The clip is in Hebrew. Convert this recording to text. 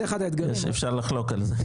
אפשר לחלוק על זה.